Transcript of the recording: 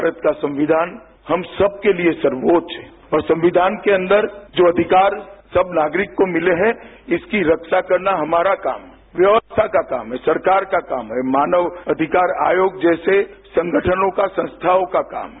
भारत का संविधान हम सबके लिए सर्वाच्च है और संविधान के अन्दर जो अधिकार सब नागरिक को मिले हैं इसकी रक्षा करना हमारा काम है व्यवस्था का काम है सरकार का काम है मानव अधिकार आयोग जैसे संगठनों का संस्थाओं का काम है